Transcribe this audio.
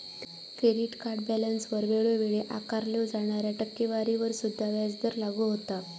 credit card बॅलन्सवर वेळोवेळी आकारल्यो जाणाऱ्या टक्केवारीवर सुद्धा व्याजदर लागू होता